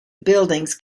buildings